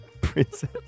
Princess